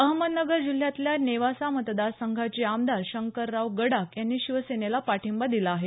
अहमदनगर जिल्ह्यातल्या नेवासा मतदार संघाचे आमदार शंकरराव गडाख यांनी शिवसेनेला पाठिंबा दिला आहे